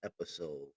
episode